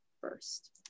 first